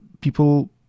people